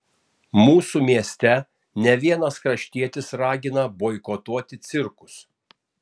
mūsų mieste ne vienas kraštietis ragina boikotuoti cirkus